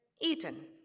eaten